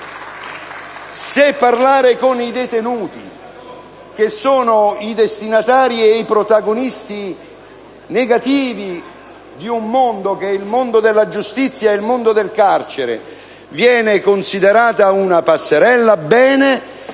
Se parlare con i detenuti che sono i destinatari e protagonisti negativi di un mondo, che è il mondo della giustizia e del carcere, viene considerato una passerella, io